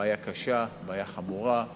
בעיה קשה, בעיה חמורה,